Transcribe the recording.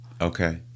Okay